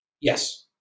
Yes